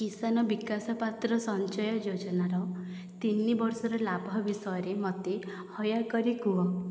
କିଷାନ ବିକାସ ପାତ୍ର ସଞ୍ଚୟ ଯୋଜନାର ତିନି ବର୍ଷର ଲାଭ ବିଷୟରେ ମୋତେ ଦୟାକରି କୁହ